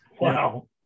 Wow